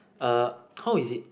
uh how is it